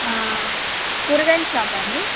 కూరగాయల షాపా అండి